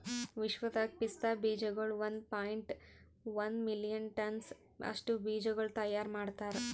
ವಿಶ್ವದಾಗ್ ಪಿಸ್ತಾ ಬೀಜಗೊಳ್ ಒಂದ್ ಪಾಯಿಂಟ್ ಒಂದ್ ಮಿಲಿಯನ್ ಟನ್ಸ್ ಅಷ್ಟು ಬೀಜಗೊಳ್ ತೈಯಾರ್ ಮಾಡ್ತಾರ್